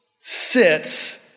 sits